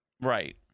Right